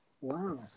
Wow